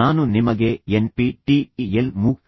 ನಾನು ನಿಮಗೆ N P T E L MOOC